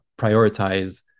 prioritize